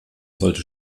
sollte